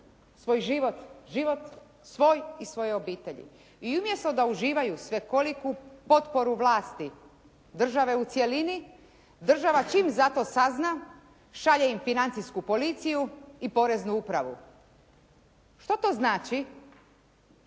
svoj život, život svoj i svoje obitelji i umjesto da uživaju svekoliku potporu vlasti, države u cjelini država čim za to sazna šalje im financijsku politiku i poreznu upravu. Što to znači?